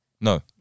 No